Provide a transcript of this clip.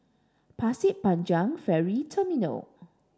Pasir Panjang Ferry Terminal